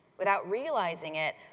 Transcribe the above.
without realizing it,